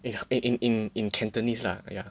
is it in in in Cantonese lah ya